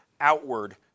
outward